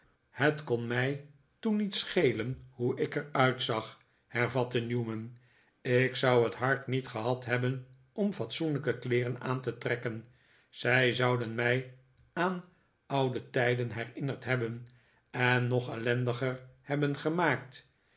het kon mij toen niet schelen hoe ik er uitzag hervatte newman ik zou het hart niet gehad hebben om fatsoenlijke kleeren aan te tfekken zij zouden mij aan oude tijden herinnerd hebben en nog ellendiger hebben gemaakt